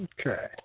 Okay